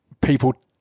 people